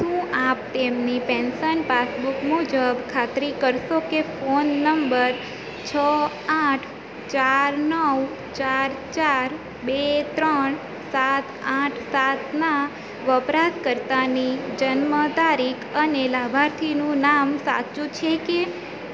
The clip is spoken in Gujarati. શું આપ તેમની પેન્શન પાસબુક મુજબ ખાતરી કરશો કે ફોન નંબર છ આઠ ચાર નવ ચાર ચાર બે ત્રણ સાત આઠ સાતના વપરાશકર્તાની જન્મ તારીખ અને લાભાર્થીનું નામ સાચું છે કે